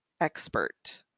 expert